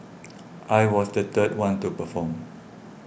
I was the third one to perform